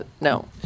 No